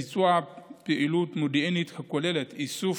ביצוע פעילות מודיעינית הכוללת איסוף,